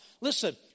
Listen